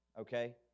okay